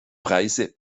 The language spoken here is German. preise